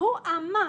הוא אמר,